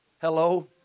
Hello